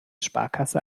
sparkasse